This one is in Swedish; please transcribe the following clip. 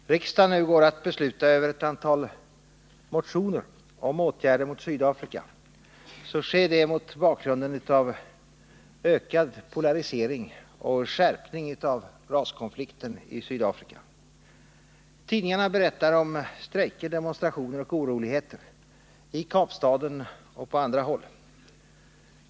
Herr talman! Då riksdagen nu går att besluta med anledning av ett antal motioner om åtgärder mot Sydafrika sker det mot bakgrunden av ökad polarisering och skärpning av raskonflikten i Sydafrika. Tidningarna berättar om strejker, demonstrationer och oroligheter, i Kapstaden och på andra håll.